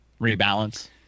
Rebalance